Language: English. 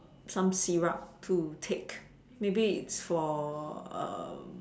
some syrup to take maybe it's for